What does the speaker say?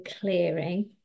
clearing